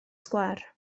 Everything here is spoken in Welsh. sgwâr